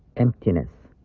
emptiness.